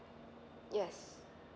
yes